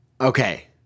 Okay